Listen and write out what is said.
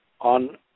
On